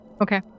Okay